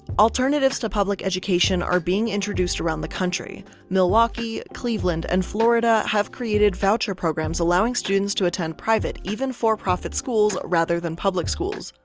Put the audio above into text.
alternatives to public education are being introduced around the country. milwaukee, cleveland, and florida have created voucher programs allowing students to attend private, even for-profit schools rather than public schools.